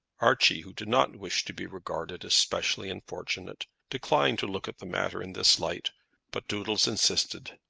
archie, who did not wish to be regarded as specially unfortunate, declined to look at the matter in this light but doodles insisted.